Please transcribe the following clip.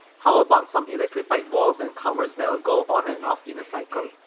how about some electrified walls and covers that'll go on and off in a cycle,